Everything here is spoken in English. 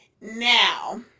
Now